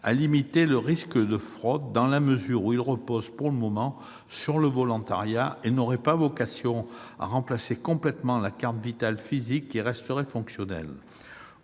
de limiter les risques de fraude, dans la mesure où il repose, pour le moment, sur le volontariat et où il n'aurait pas vocation à remplacer complètement la carte Vitale physique, laquelle resterait fonctionnelle.